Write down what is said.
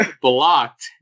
Blocked